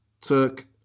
took